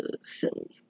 silly